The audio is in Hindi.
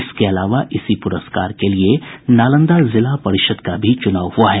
इसके अलावा इसी पुरस्कार के लिए नालंदा जिला परिषद का भी चुनाव हुआ है